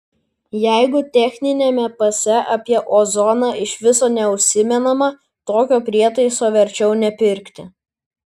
jeigu techniniame pase apie ozoną iš viso neužsimenama tokio prietaiso verčiau nepirkti